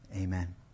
amen